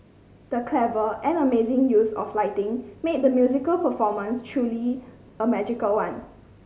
the clever and amazing use of lighting made the musical performance truly a magical one